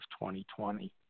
2020